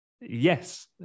yes